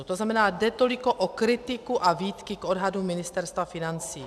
To znamená, že jde toliko o kritiku a výtky k odhadům Ministerstva financí.